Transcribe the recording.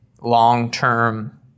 long-term